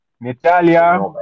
Natalia